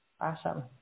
awesome